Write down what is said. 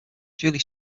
julie